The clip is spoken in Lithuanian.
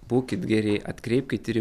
būkit geri atkreipkit ir į